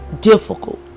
difficult